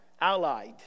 allied